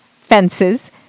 fences